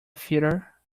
theater